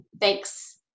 Thanks